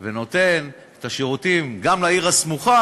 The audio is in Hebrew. ונותן את השירותים גם לעיר הסמוכה,